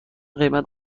قیمت